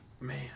Man